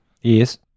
Yes